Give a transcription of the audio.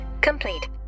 complete